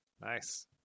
Nice